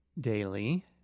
daily